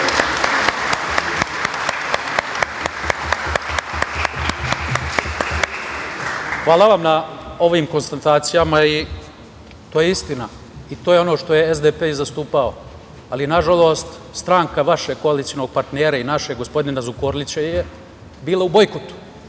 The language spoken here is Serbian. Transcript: Hvala vam na ovim konstatacijama i to je istina i to je ono što je SDP zastupao. Nažalost, stranka vašeg koalicionog partnera i našeg, gospodina Zukorlića, je bila u bojkotu